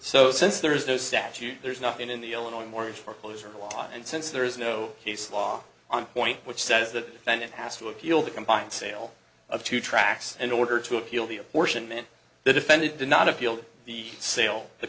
so since there is no statute there's nothing in the illinois mortgage foreclosure law and since there is no case law on point which says that then it has to appeal the combined sale of two tracks in order to appeal the apportionment the defendant did not appeal to the sale the